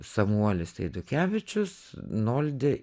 samuolis eidukevičius noldi